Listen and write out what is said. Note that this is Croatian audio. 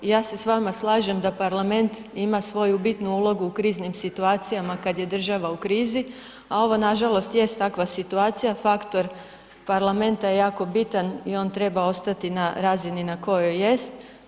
Ja se s vama slažem da parlament ima svoju bitnu ulogu u kriznim situacijama kad je država u krizi, a ovo nažalost jest takva situacija, faktor parlamenta je jako bitan i on treba ostati na razini na kojoj jest.